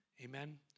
Amen